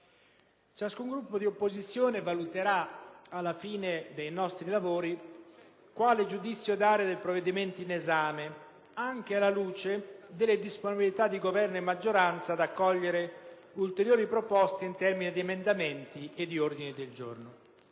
ciascun Gruppo di opposizione valuterà alla fine dei lavori quale giudizio dare dei provvedimenti in esame, anche alla luce delle disponibilità di Governo e maggioranza ad accogliere ulteriori proposte in termini di emendamenti ed ordini del giorno.